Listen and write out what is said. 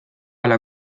ala